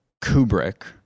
Kubrick